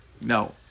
No